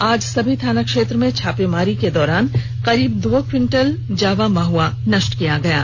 आज सभी थाना क्षेत्र में छापेमारी के दौरान करीब दो क्विटल जावा महुआ नष्ट किया है